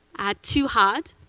too hard,